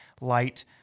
light